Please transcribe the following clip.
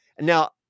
Now